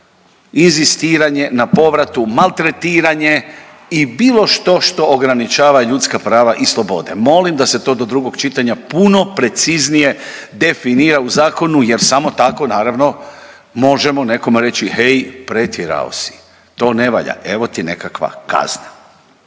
inzistiranje na povratu, maltretiranje i bilo što što ograničava ljudska prava i slobode. Molim da se to do drugog čitanja puno preciznije definira u zakonu, jer samo tako naravno možemo nekome reći hej, pretjerao si. To ne valja! Evo ti nekakva kazna.